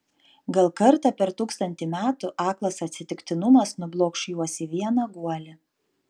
gal kartą per tūkstantį metų aklas atsitiktinumas nublokš juos į vieną guolį